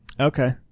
Okay